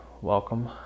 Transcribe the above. welcome